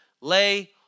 lay